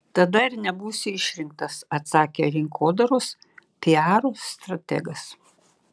tada ir nebūsi išrinktas atsakė rinkodaros piaro strategas